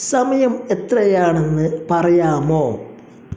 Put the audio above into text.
സമയം എത്രയാണെന്ന് പറയാമോ